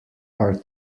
are